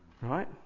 Right